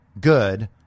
good